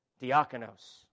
diakonos